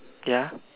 ya